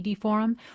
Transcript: Forum